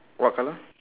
what colour